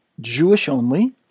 Jewish-only